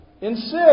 Insist